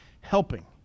helping